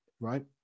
right